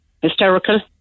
Hysterical